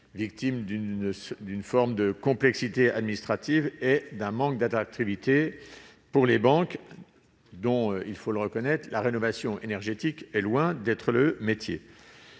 victime d'une forme de complexité administrative et d'un manque d'attractivité pour les banques, dont, il faut le reconnaître, la rénovation énergétique est loin d'être le métier.